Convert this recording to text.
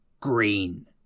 Green